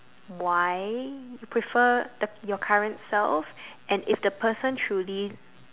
why you prefer the your current self and if the person truly